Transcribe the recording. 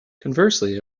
conversely